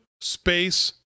space